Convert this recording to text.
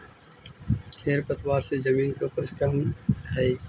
खेर पतवार से जमीन के उपज कमऽ हई